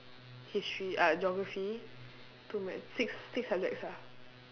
history uh geography two maths six six subjects ah